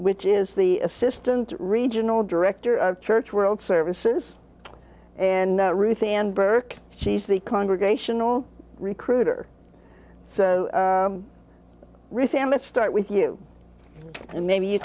which is the assistant regional director of church world services and ruth and burke she's the congregational recruiter so rich and let's start with you and maybe you